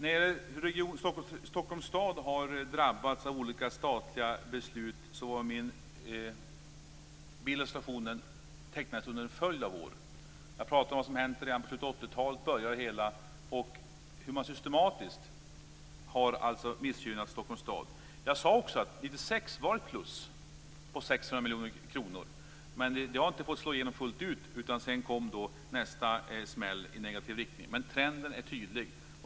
Fru talman! Stockholms stad har drabbats av olika statliga beslut. Min illustration tecknades under en följd av år. Jag pratade om vad som hände redan i slutet av 1980-talet - då började det hela - och om hur man systematiskt har missgynnat Stockholms stad. Jag sade också att det 1996 var ett plus på 600 miljoner kronor. Det fick inte slå igenom fullt ut, utan sedan kom nästa smäll i negativ riktning. Men trenden är tydligt.